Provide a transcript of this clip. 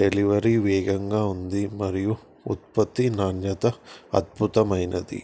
delivery వేగంగా ఉంది మరియు ఉత్పత్తి నాణ్యత అద్భుతమైనది